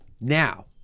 now